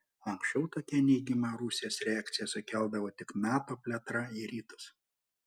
anksčiau tokią neigiamą rusijos reakciją sukeldavo tik nato plėtra į rytus